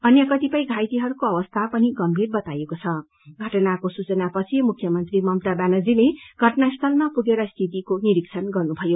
अन्य कतिपय घाईतेहरूको अवस्था पनि गम्भीर बताईएको छ घटनाको सूचनापछि मुख्यमंत्री ममता व्यानञ्रीले घटनास्थलामा पुगेर स्थितिको निरीक्षण गर्नुभयो